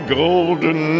golden